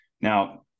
Now